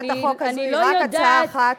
אני לא יודעת, הצעת החוק הזאת היא רק הצעה אחת.